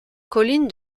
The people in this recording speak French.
colline